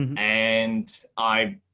and i,